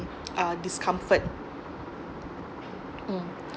uh discomfort mm